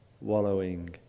wallowing